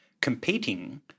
competing